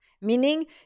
meaning